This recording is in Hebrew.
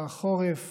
בחורף